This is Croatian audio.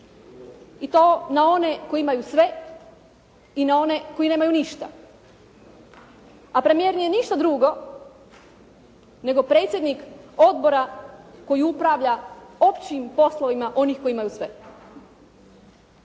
I to na one koji imaju sve, i na one koji nemaju ništa. A premijer nije ništa drugo, nego predsjednik Odbora koji upravlja općim poslovima onih koji imaju sve.